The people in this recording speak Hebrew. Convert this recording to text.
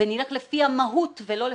ונלך לפי המהות ולא הטכניקה,